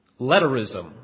letterism